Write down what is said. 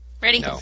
Ready